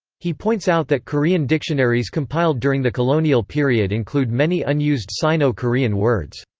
he points out that korean dictionaries compiled during the colonial period include many unused sino-korean words.